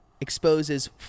exposes